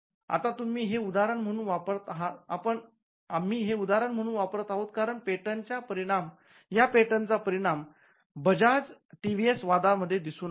आता आम्ही हे उदाहरण म्हणून वापरत आहोत कारण या पेटेंटचा परिणाम बजाज टीव्हीएस वादात मध्ये दिसून आला